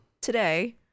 today